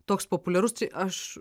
toks populiarus tai aš